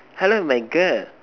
hello my girl